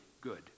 good